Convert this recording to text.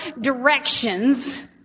directions